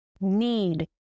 need